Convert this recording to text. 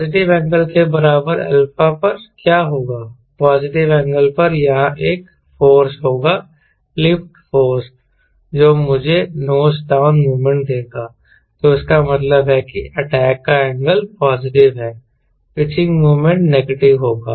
positive angle के बराबर α पर क्या होगा पॉजिटिव एंगल पर यहां एक फोर्से होगा लिफ्ट फोर्से जो मुझे नोज डाउन मोमेंट देगा तो इसका मतलब है कि अटैक का एंगल पॉजिटिव है पिचिंग मोमेंट नेगेटिव होगा